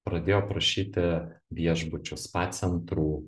pradėjo prašyti viešbučių spa centrų